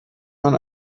man